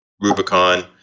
Rubicon